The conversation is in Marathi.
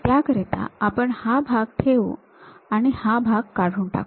त्याकरिता आपण हा भाग ठेवू आणि हा भाग काढून टाकू